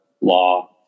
law